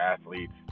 athletes